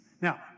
Now